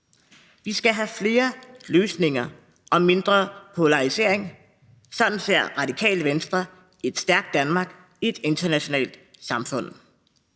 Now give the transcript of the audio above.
Vi skal have flere løsninger og mindre polarisering. Sådan ser Radikale Venstre et stærkt Danmark i et internationalt samfund.